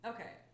Okay